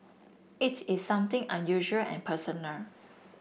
it is something unusual and personal